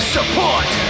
Support